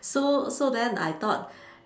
so so then I thought